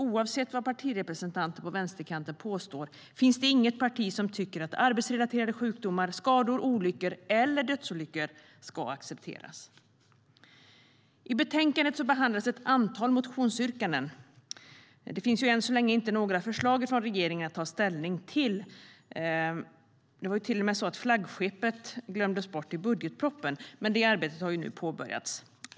Oavsett vad partirepresentanter på vänsterkanten påstår finns det inget parti som tycker att arbetsrelaterade sjukdomar, skador, olyckor eller dödsolyckor ska accepteras. I betänkandet behandlas ett antal motionsyrkanden. Det finns än så länge inte några förslag från regeringen att ta ställning till. Det var till och med så att flaggskeppet glömdes bort i budgetpropositionen, men det arbetet har nu påbörjats.